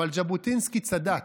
אבל ז'בוטינסקי צדק.